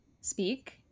speak